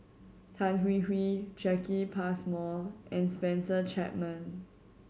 Tan Hwee Hwee Jacki Passmore and Spencer Chapman